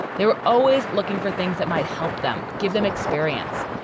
they were always looking for things that might help them give them experience.